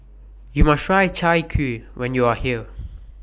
YOU must Try Chai Kuih when YOU Are here